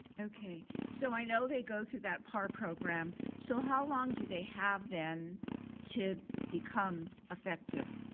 okay. so i know they go through that par program, so how long do they have then to become effective?